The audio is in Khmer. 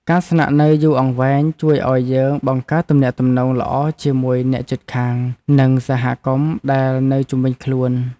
ការស្នាក់នៅយូរអង្វែងជួយឱ្យយើងបង្កើតទំនាក់ទំនងល្អជាមួយអ្នកជិតខាងនិងសហគមន៍ដែលនៅជុំវិញខ្លួន។